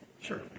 Sure